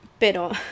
Pero